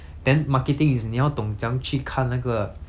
then marketing is 你要懂怎样去看那个